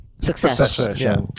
Success